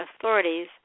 authorities